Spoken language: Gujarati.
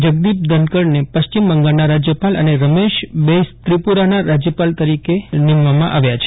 જગદીપ ધનક ડને પશ્ચિમ બંગાળના રાજ્યપાલ અને રમેશ બૈસ તરીકે ત્રિપુરાના રાજ્યપાલ નિમવામાં આવ્યા છે